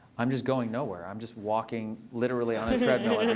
i'm just going nowhere. i'm just walking literally on a treadmill